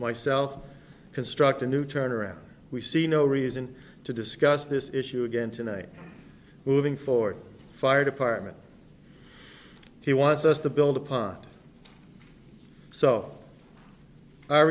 myself construct a new turnaround we see no reason to discuss this issue again tonight moving forward fire department he wants us to build upon so our